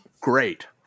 great